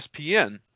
ESPN